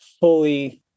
fully